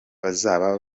bazaba